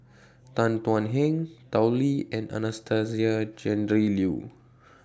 Tan Thuan Heng Tao Li and Anastasia Tjendri Liew